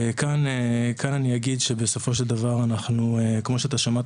כאן אני אגיד שבסופו של דבר כמו ששמעת